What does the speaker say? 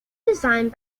designed